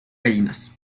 gallinas